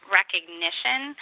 recognition